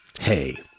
Hey